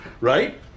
right